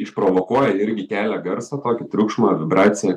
išprovokuoja irgi kelia garsą tokį triukšmą vibraciją